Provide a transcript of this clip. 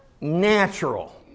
natural